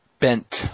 bent